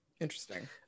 Interesting